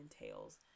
entails